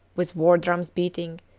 with war-drums beating,